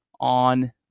on